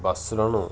బస్సులను